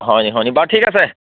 হয়নি হয়নি বাৰু ঠিক আছে